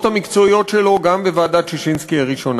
המקצועיות שלו גם בוועדת ששינסקי הראשונה.